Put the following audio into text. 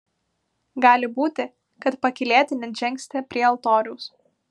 gali būti kad pakylėti net žengsite prie altoriaus